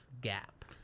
gap